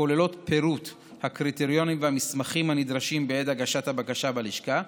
הכוללות פירוט של הקריטריונים והמסמכים הנדרשים בעת הגשת הבקשה בלשכה.